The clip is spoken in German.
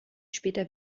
später